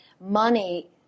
money